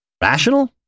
Rational